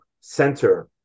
center